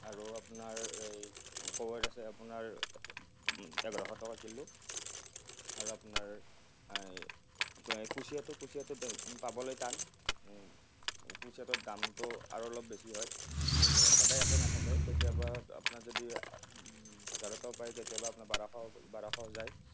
আৰু আপোনাৰ এই কাৱৈ আছে আপোনাৰ এঘাৰশ টকা কিলো আৰু আপোনাৰ এই কুচিয়াটো কুচিয়াটো পাবলৈ টান কুচিয়াটো দামটো আৰু অলপ বেছি হয় সদায় একে নাথাকে কেতিয়াবা আপোনাৰ যদি হাজাৰতো পাই কেতিয়াবা আপোনাৰ বাৰশ বাৰশ যায়